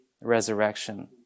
resurrection